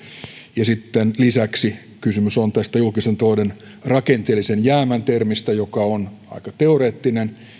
ja sitten lisäksi kysymys on tästä julkisen talouden rakenteellisen jäämän termistä joka on aika teoreettinen